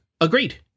Agreed